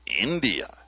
India